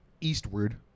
eastward